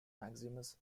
maximus